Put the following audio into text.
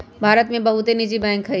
भारत में बहुते निजी बैंक हइ